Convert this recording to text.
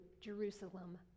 Jerusalem